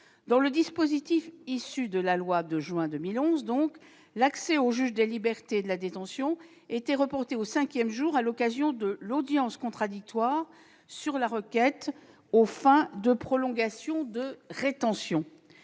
Dans le dispositif issu de la loi de juin 2011, l'accès au juge des libertés et de la détention était reporté au cinquième jour à l'occasion de l'audience contradictoire sur la requête aux fins de prolongation de rétention.